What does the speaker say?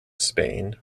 spain